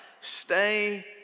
stay